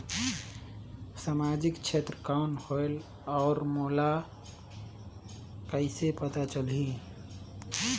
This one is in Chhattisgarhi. समाजिक क्षेत्र कौन होएल? और मोला कइसे पता चलही?